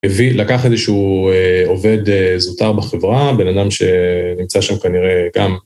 לקח איזשהו עובד זוטר בחברה, בן אדם שנמצא שם כנראה גם.